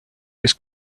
this